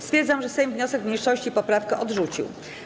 Stwierdzam, że Sejm wniosek mniejszości i poprawkę odrzucił.